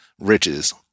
Riches